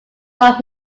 what